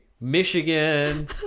Michigan